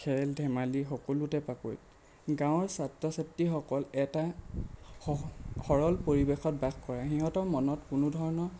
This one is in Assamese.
খেল ধেমালি সকলোতে পাকৈত গাঁৱৰ ছাত্ৰ ছাত্ৰীসকল এটা সৰল পৰিৱেশত বাস কৰে সিহঁতৰ মনত কোনো ধৰণৰ